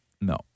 No